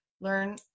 learn